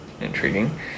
Intriguing